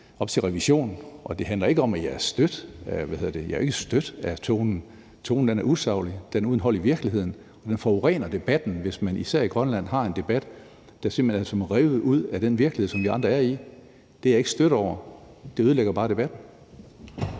op til revision. Og det handler ikke om, at jeg er stødt af tonen. Tonen er usaglig og uden hold i virkeligheden. Den forurener debatten, hvis man især i Grønland har en debat, der simpelt hen er som er revet ud af den virkelighed, som vi andre er i. Det er jeg ikke stødt over – det ødelægger bare debatten.